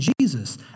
Jesus